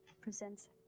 presents